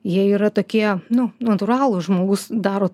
jie yra tokie nu natūralūs žmogus daro